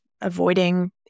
avoiding